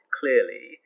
clearly